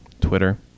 Twitter